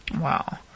Wow